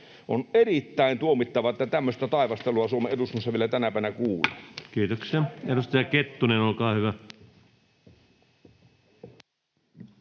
On erittäin tuomittavaa, että tämmöistä taivastelua Suomen eduskunnassa vielä tänä päivänä kuulee. Kiitoksia. — Edustaja Kettunen, olkaa hyvä.